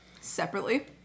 separately